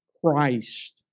Christ